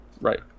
Right